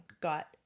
got